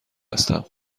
هستم